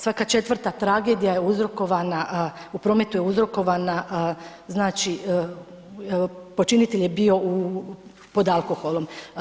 Svaka 4 tragedija je uzrokovana, u prometu je uzrokovana znači počinitelj je bio pod alkoholom.